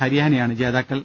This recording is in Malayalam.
ഹരിയാനയാണ് ജേതാക്കൾ